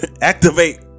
Activate